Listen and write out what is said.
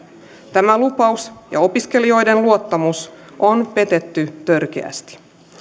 tämä lupaus ja opiskelijoiden luottamus on petetty törkeästi